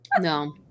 No